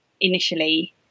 initially